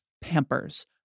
Pampers